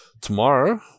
tomorrow